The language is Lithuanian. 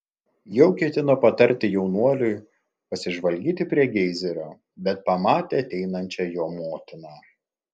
jau ketino patarti jaunuoliui pasižvalgyti prie geizerio bet pamatė ateinančią jo motiną